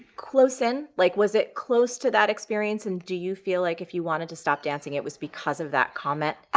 close in, like was it close to that experience? and do you feel like if you wanted to stop dancing it was because of that comment? ah